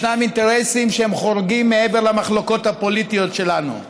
ישנם אינטרסים שחורגים והם מעבר למחלוקות הפוליטיות שלנו,